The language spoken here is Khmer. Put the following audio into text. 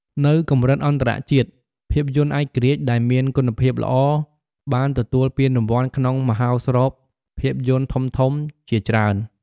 នៅកម្រិតអន្តរជាតិ ភាពយន្តឯករាជ្យដែលមានគុណភាពល្អបានទទួលពានរង្វាន់ក្នុងមហោស្រពភាពយន្តធំៗជាច្រើន។